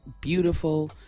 beautiful